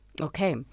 Okay